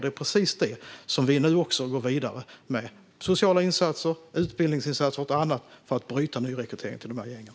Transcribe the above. Det är precis detta som vi nu går vidare med. Det handlar om sociala insatser, utbildningsinsatser och annat för att bryta nyrekryteringen till gängen.